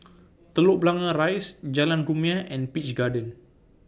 Telok Blangah Rise Jalan Rumia and Peach Garden